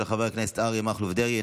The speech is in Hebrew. של חבר הכנסת אריה מכלוף דרעי,